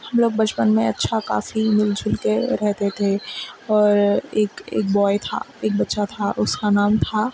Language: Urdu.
ہم لوگ بچپن میں اچھا کافی مل جل کے رہتے تھے اور ایک ایک بوائے تھا ایک بچہ تھا اس کا نام تھا